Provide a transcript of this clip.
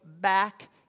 back